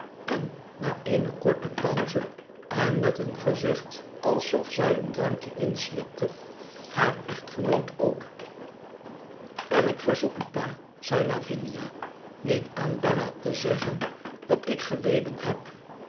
en na eene korte pauze en met een gezicht alsof zij een drankje inslikte haar echtgenoot ook en ik verzoek u pa zei lavinia niet aan bella te zeggen wat ik geleden heb